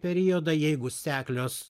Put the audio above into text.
periodai jeigu seklios